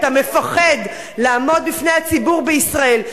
אתה מפחד לעמוד בפני הציבור בישראל,